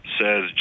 Says